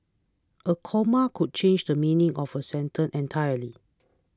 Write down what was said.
a comma could change the meaning of a sentence entirely